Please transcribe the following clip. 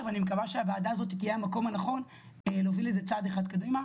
ואני מקווה שהוועדה הזאת תהיה המקום הנכון להוביל את זה צעד אחד קדימה,